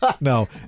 No